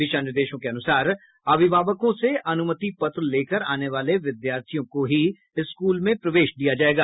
दिशा निर्देशों के अनुसार अभिभावकों से अनुमति पत्र लेकर आने वाले विद्यार्थियों को ही स्कूल में प्रवेश दिया जायेगा